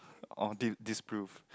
or dis~ disprove